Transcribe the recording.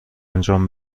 انجام